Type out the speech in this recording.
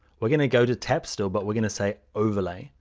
we're going to go to tap still, but we're going to say overlay.